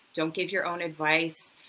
don't give your own advice,